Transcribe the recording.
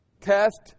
Test